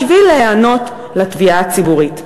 בשביל להיענות לתביעה הציבורית.